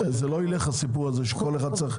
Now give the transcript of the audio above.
עדיין לא יודע איך, אבל הסיפור הזה לא ילך.